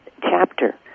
chapter